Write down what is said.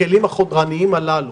הכלים החודרניים הללו,